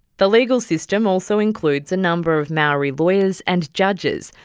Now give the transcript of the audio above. the legal system also includes a number of maori lawyers and judges,